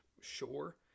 sure